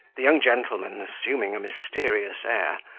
the young gentleman, assuming a mysterious air,